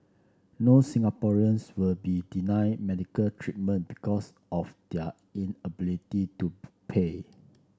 no Singaporeans will be denied medical treatment because of their inability to pay